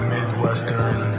Midwestern